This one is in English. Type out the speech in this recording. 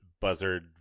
buzzard